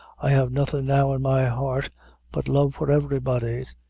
i have nothing now in my heart but love for everybody.